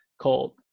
called